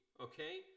okay